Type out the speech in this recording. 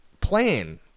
plan